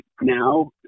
now